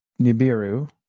Nibiru